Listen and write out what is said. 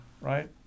right